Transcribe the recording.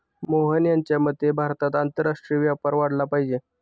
मोहन यांच्या मते भारतात आंतरराष्ट्रीय व्यापार वाढला पाहिजे